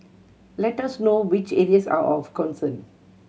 let us know which areas are of concern